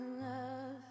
love